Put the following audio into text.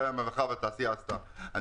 המלאכה והתעשייה ובו יש תשעה חסמים,